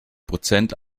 prozent